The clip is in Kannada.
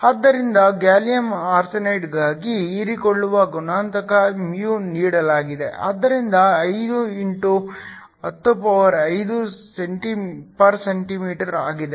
ಆದ್ದರಿಂದ ಗ್ಯಾಲಿಯಮ್ ಆರ್ಸೆನೈಡ್ಗಾಗಿ ಹೀರಿಕೊಳ್ಳುವ ಗುಣಾಂಕ μ ನೀಡಲಾಗಿದೆ ಆದ್ದರಿಂದ 5 x 105 cm 1 ಆಗಿದೆ